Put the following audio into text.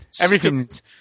everything's